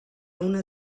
una